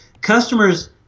customers